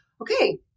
okay